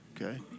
Okay